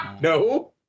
No